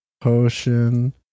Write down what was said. potion